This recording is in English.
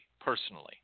personally